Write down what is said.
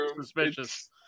suspicious